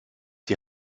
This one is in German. die